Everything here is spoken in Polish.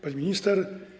Pani Minister!